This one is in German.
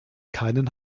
keinen